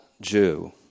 Jew